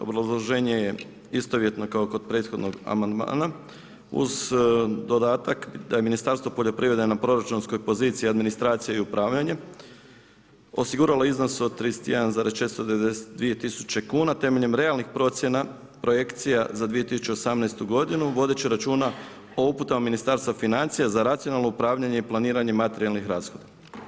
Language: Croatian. Obrazloženje je istovjetno kao kod prethodnog amandmana uz dodatak da je Ministarstvo poljoprivrede na proračunskoj poziciji administracija i upravljanje osiguralo iznos od 31,692 tisuće kuna temeljem realnih procjena projekcija za 2018. godinu vodeći računa o uputama Ministarstva financija za racionalno upravljanje i planiranje materijalnih rashoda.